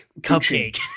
cupcake